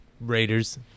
Raiders